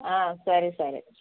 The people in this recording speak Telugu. సరే సరే